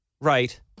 Right